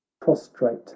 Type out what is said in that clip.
prostrate